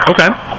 Okay